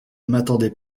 m’attendais